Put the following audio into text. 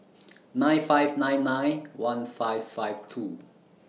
nine five nine nine one five five two